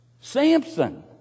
Samson